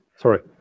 sorry